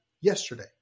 yesterday